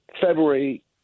February